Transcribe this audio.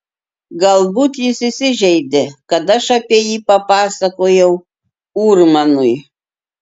galbūt jis įsižeidė kad aš apie jį papasakojau urmanui